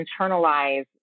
internalize